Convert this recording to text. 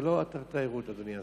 זה לא אתר תיירות, אדוני השר,